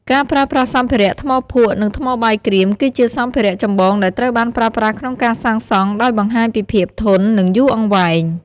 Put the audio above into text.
ការប្រើប្រាស់សម្ភារៈ ថ្មភក់ និងថ្មបាយក្រៀម គឺជាសម្ភារៈចម្បងដែលត្រូវបានប្រើប្រាស់ក្នុងការសាងសង់ ដោយបង្ហាញពីភាពធន់ និងយូរអង្វែង។